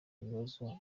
ibibazo